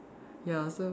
ya so